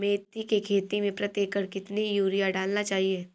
मेथी के खेती में प्रति एकड़ कितनी यूरिया डालना चाहिए?